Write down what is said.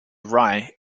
rye